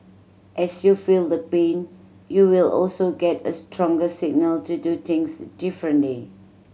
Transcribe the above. as you feel the pain you will also get a stronger signal to do things differently